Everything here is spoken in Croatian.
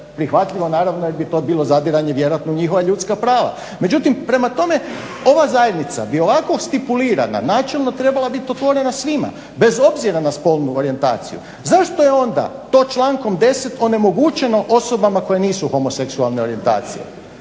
prihvatljivo jer bi to bilo zadiranje vjerojatno u njihova ljudska prava. Međutim prema tome bi ova zajednica bi ovako stipulirana načelno trebala biti otvorena svima bez obzira na spolnu orijentaciju. Zašto je onda to člankom 10.onemogućeno osobama koje nisu homoseksualne orijentacije?